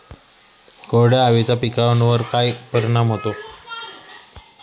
कोरड्या हवेचा पिकावर काय परिणाम होतो?